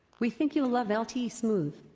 we think you'll love lt smooth.